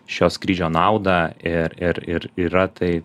šio skrydžio naudą ir ir ir yra tai